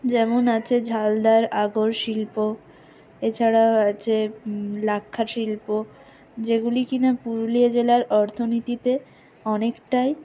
যেমন আছে ঝালদার আগর শিল্প এছাড়াও আছে লাক্ষা শিল্প যেগুলি কিনা পুরুলিয়া জেলার অর্থনীতিতে অনেকটাই